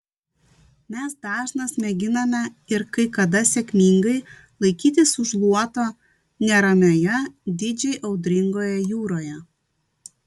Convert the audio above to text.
mes dažnas mėginame ir kai kada sėkmingai laikytis už luoto neramioje didžiai audringoje jūroje